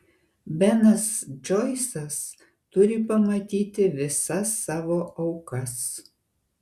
benas džoisas turi pamatyti visas savo aukas